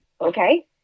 okay